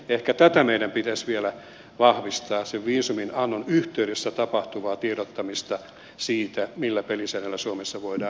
ehkä tätä meidän pitäisi vielä vahvistaa sen viisuminannon yhteydessä tapahtuvaa tiedottamista siitä millä pelisäännöillä suomessa voidaan ja pitää tehdä työtä